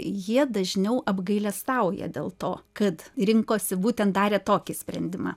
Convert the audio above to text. jie dažniau apgailestauja dėl to kad rinkosi būtent darė tokį sprendimą